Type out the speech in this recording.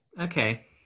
Okay